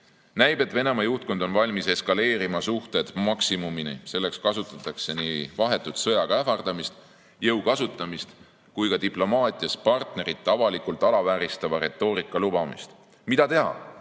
Näib, et Venemaa juhtkond on valmis eskaleerima suhted maksimumini. Selleks kasutatakse nii vahetut sõjaga ähvardamist, jõu kasutamist kui ka diplomaatias partnerit avalikult alavääristava retoorika lubamist. Mida teha?